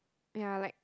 ya like